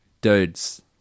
dudes